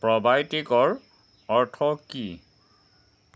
প্ৰ' বায়'টিকৰ অৰ্থ কি